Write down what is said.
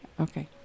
Okay